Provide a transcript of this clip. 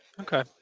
Okay